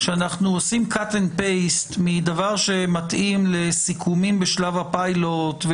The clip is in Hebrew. שאנחנו עושים חתוך והדבק מדבר שמתאים לסיכומים בשלב הפיילוט,